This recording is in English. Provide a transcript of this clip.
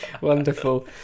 Wonderful